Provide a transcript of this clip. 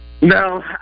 No